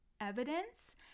evidence